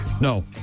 No